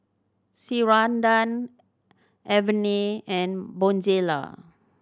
Ceradan Avene and Bonjela